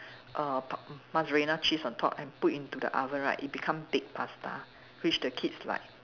err par~ mozzarella cheese on top and put into the oven right it become baked pasta which the kids like